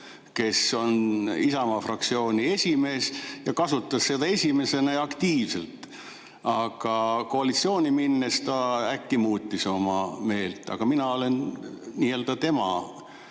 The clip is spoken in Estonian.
kes on Isamaa fraktsiooni esimees ja kasutas seda esimesena ja aktiivselt. Aga koalitsiooni minnes ta äkki muutis oma meelt. Mina nii-öelda jätkan